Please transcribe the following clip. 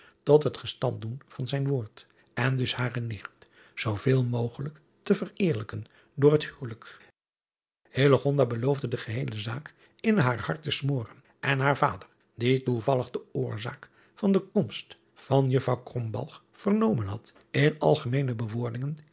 tot het gestand doen van zijn woord en dus hare nicht zooveel mogelijk te vereerlijken door het huwelijk beloofde de geheele zaak in haar hart te smoren en haar vader die toevallig de oorzaak van de komst van uffrouw vernomen had in algemeene bewoordingen